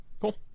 cool